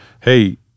hey